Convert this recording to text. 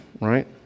right